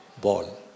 ball